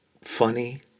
funny